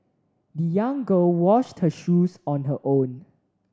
the young girl washed her shoes on her own